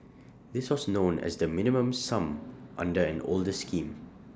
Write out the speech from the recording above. this was known as the minimum sum under an older scheme